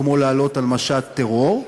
כמו לעלות על משט טרור,